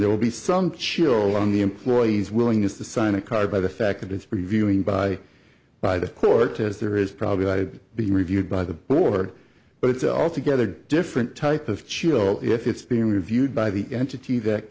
there will be some chill on the employee's willingness to sign a card by the fact that it's reviewing by by the court as there is probably would be reviewed by the board but it's altogether different type of cio if it's being reviewed by the entity that